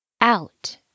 Out